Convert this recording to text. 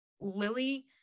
Lily